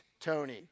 Tony